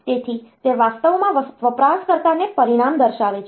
તેથી તે વાસ્તવમાં વપરાશકર્તાને પરિણામ દર્શાવે છે